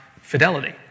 fidelity